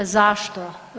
Zašto?